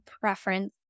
preference